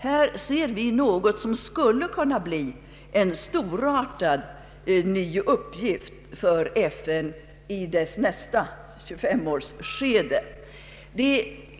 Här är någonting som skulle kunna bli en storartad ny uppgift för FN i dess nästa 25-årsskede.